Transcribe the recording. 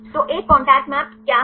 तो एक contact maps क्या है